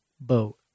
boat